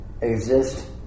exist